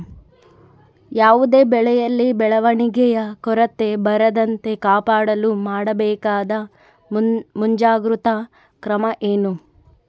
ಯಾವುದೇ ಬೆಳೆಯಲ್ಲಿ ಬೆಳವಣಿಗೆಯ ಕೊರತೆ ಬರದಂತೆ ಕಾಪಾಡಲು ಮಾಡಬೇಕಾದ ಮುಂಜಾಗ್ರತಾ ಕ್ರಮ ಏನು?